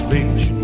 Beach